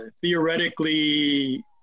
theoretically